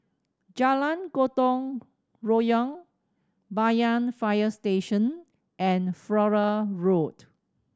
Jalan Gotong Royong Banyan Fire Station and Flora Road